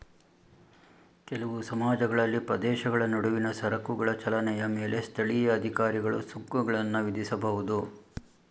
ಕೆಲವು ಸಮಾಜಗಳಲ್ಲಿ ಪ್ರದೇಶಗಳ ನಡುವಿನ ಸರಕುಗಳ ಚಲನೆಯ ಮೇಲೆ ಸ್ಥಳೀಯ ಅಧಿಕಾರಿಗಳು ಸುಂಕಗಳನ್ನ ವಿಧಿಸಬಹುದು